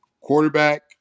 quarterback